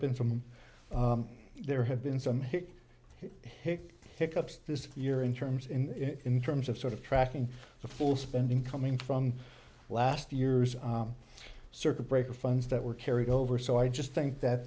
been some there have been some hick hic pickups this year in terms in terms of sort of tracking the full spending coming from last years circuit breaker funds that were carried over so i just think that